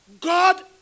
God